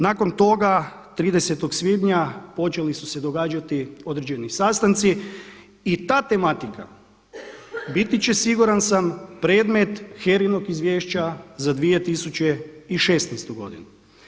Nakon toga 30. svibnja počeli su se događati određeni sastanci i ta tematika biti će siguran sam predmet HERA-inog Izvješća za 2016. godinu.